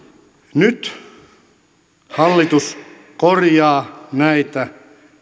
nyt hallitus korjaa näitä